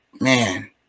man